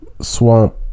swamp